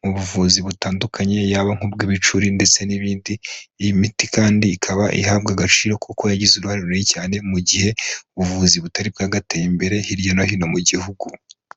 mu buvuzi butandukanye, yaba nk'ubw'ibicuri ndetse n'ibindi, iyi miti kandi ikaba ihabwa agaciro kuko yagize uruhare runini cyane mu gihe ubuvuzi butari bwagateye imbere hirya no hino mu gihugu.